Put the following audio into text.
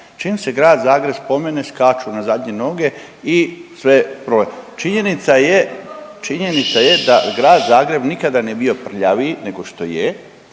Čim se grad Zagreb spomene skaču na zadnje noge i sve broje. Činjenica je da grad Zagreb nikada nije bio prljaviji nego što je,